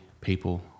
people